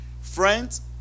Friends